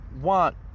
want